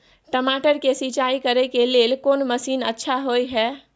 टमाटर के सिंचाई करे के लेल कोन मसीन अच्छा होय है